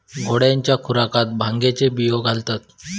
घोड्यांच्या खुराकात भांगेचे बियो घालतत